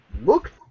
look